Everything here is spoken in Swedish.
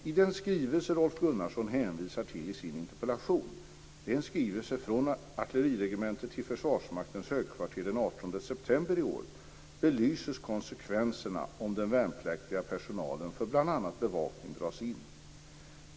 I den skrivelse Rolf Gunnarsson hänvisar till i sin interpellation - en skrivelse från artilleriregementet till Försvarsmaktens högkvarter den 18 september 2000 - belyses konsekvenserna om den värnpliktiga personalen för bl.a. bevakning dras in.